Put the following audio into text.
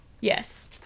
Yes